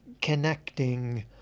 connecting